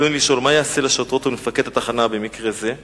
רצוני לשאול: 1. מה ייעשה לשוטרות ולמפקד התחנה במקרה זה?